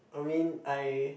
I mean I